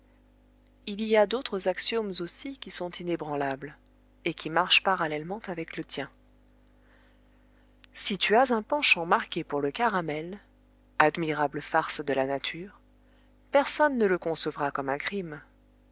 il y a d'autres axiomes aussi qui sont inébranlables et qui marchent parallèlement avec le tien si tu as un penchant marqué pour le caramel admirable farce de la nature personne ne le concevra comme un crime